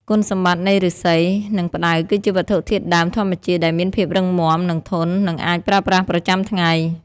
គុណសម្បត្តិនៃឫស្សី និងផ្តៅគឺជាវត្ថុធាតុដើមធម្មជាតិដែលមានភាពរឹងមាំ និង ធន់ នឹងអាចប្រើប្រាស់ប្រចាំថ្ងៃ។